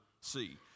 see